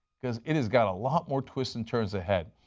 because it has got a lot more twists and turns ahead.